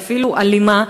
ואפילו אלימה,